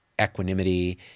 equanimity